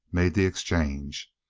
made the exchange.